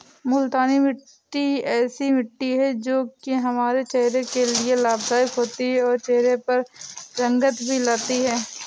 मूलतानी मिट्टी ऐसी मिट्टी है जो की हमारे चेहरे के लिए लाभदायक होती है और चहरे पर रंगत भी लाती है